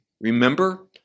Remember